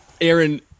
Aaron